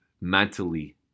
mentally